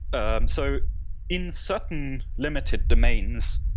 and so in certain limited domains,